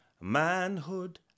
manhood